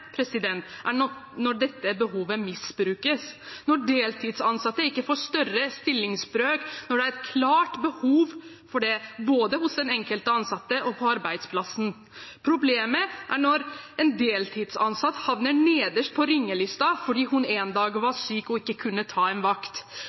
er når dette behovet misbrukes, når deltidsansatte ikke får større stillingsbrøk når det er et klart behov for det både hos den enkelte ansatte og på arbeidsplassen. Problemet er når en deltidsansatt havner nederst på ringelisten fordi hun en dag var